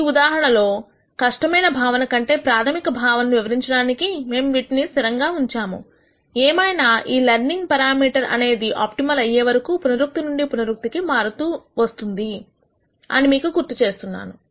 ఈ ఉదాహరణలో కష్టమైన భావన కంటే ప్రాథమిక భావనలను వివరించడానికిమేము వీటిని స్థిరంగా ఉంచాము ఏమైనా ఈ లెర్నింగ్ పెరామీటర్ అనేది ఆప్టిమల్ అయ్యేవరకూ పునరుక్తి నుండి పునరుక్తి కి మారుతూ వస్తుంది అని మీకు గుర్తు చేస్తున్నాను